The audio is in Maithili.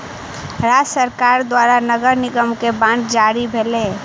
राज्य सरकार द्वारा नगर निगम के बांड जारी भेलै